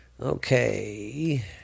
Okay